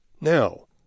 Now